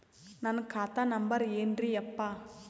ನನ್ನ ಖಾತಾ ನಂಬರ್ ಏನ್ರೀ ಯಪ್ಪಾ?